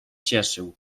cieszył